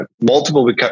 multiple